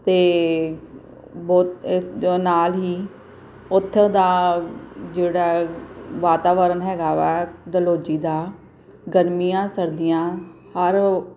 ਅਤੇ ਬਹੁਤ ਜੋ ਨਾਲ ਹੀ ਉੱਥੋਂ ਦਾ ਜਿਹੜਾ ਹੈ ਵਾਤਾਵਰਣ ਹੈਗਾ ਵਾ ਡਲਹੌਜ਼ੀ ਦਾ ਗਰਮੀਆਂ ਸਰਦੀਆਂ ਹਰ